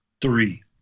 Three